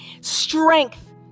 strength